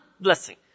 blessing